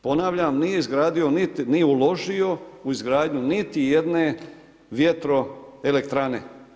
Ponavljam, nije izgradio ni uložio u izgradnju niti jedne vjetroelektrane.